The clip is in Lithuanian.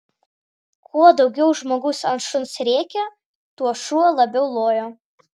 kuo daugiau žmogus ant šuns rėkė tuo šuo labiau lojo